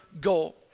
goal